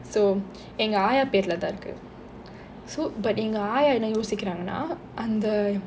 so எங்க ஆயா பெருல தான் இருக்கு:enga aaya perule thaan irukku so but எங்க ஆயா என்ன யோசிக்குறாங்கன்னா அந்த:enga aaya enna yosikkuraanganna antha